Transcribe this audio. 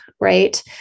right